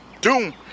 doom